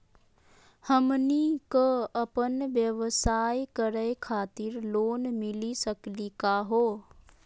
हमनी क अपन व्यवसाय करै खातिर लोन मिली सकली का हो?